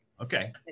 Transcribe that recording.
okay